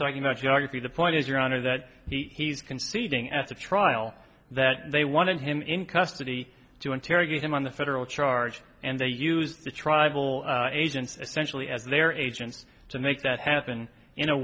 talking about geography the point is your honor that he's conceding at the trial that they wanted him in custody to interrogate him on the federal charge and they used the tribal agents essentially as their agents to make that happen in a